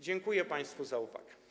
Dziękuję państwu za uwagę.